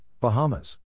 Bahamas